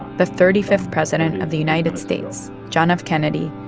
the thirty fifth president of the united states, john f. kennedy,